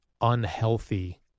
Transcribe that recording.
unhealthy